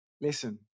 Listen